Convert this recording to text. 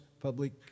public-